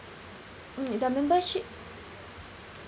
mm the membership